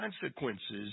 consequences